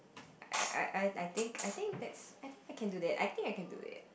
I I I think I think that's I think I can do that I think I can do it